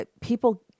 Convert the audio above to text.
people